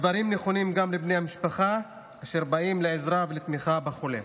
הדברים נכונים גם לבני המשפחה שבאים לעזרה ותמיכה בחולה.